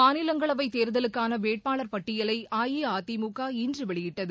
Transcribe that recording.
மாநிலங்களவைதேர்தலுக்கானவேட்பாளர் பட்டியலைஅஇஅதிமுக இன்றுவெளியிட்டது